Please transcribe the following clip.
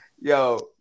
Yo